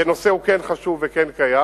כי הנושא הוא כן חשוב וכן קיים,